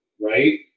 right